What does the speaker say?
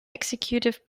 executive